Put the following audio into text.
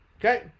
okay